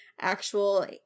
actual